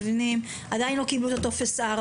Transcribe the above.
המבנים עדיין לא קיבלו טופס 4,